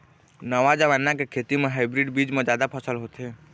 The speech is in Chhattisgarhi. नवा जमाना के खेती म हाइब्रिड बीज म जादा फसल होथे